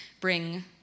bring